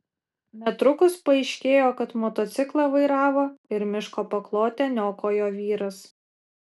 netrukus paaiškėjo kad motociklą vairavo ir miško paklotę niokojo vyras